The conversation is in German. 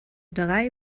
drei